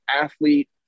athlete